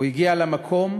הוא הגיע למקום,